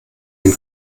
den